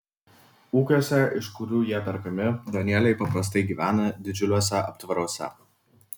ūkiuose iš kurių jie perkami danieliai paprastai gyvena didžiuliuose aptvaruose